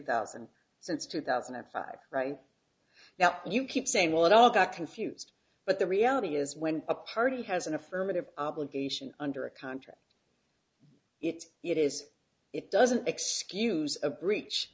thousand since two thousand and five right now and you keep saying well it all got confused but the reality is when a party has an affirmative obligation under a contract it's it is it doesn't excuse a breach